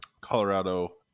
Colorado